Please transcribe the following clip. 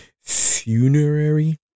funerary